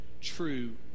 true